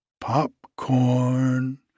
Popcorn